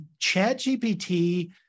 ChatGPT